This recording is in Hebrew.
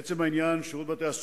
תודה.